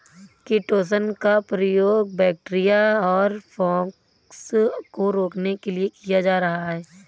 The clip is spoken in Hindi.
किटोशन का प्रयोग बैक्टीरिया और फँगस को रोकने के लिए किया जा रहा है